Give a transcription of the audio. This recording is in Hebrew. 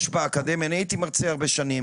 אני הייתי מרצה הרבה שנים